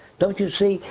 don't you see?